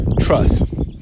Trust